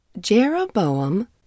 Jeroboam